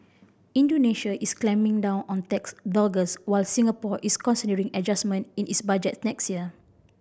Indonesia is clamping down on tax dodgers while Singapore is considering adjustment in its budget next year